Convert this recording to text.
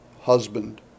husband